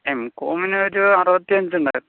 M കോമിന് ഒര് അറുപത്തിയഞ്ച് ഉണ്ടായിരുന്നു